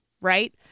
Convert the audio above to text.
Right